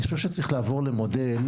אני חושב שצריך לעבור למודל,